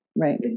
right